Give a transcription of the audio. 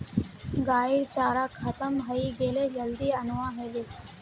गाइर चारा खत्म हइ गेले जल्दी अनवा ह बे